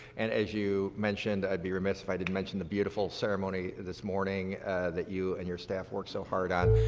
and as you mentioned, i'd be remiss if i didn't mention the beautiful ceremony this morning that you and your staff worked so hard on.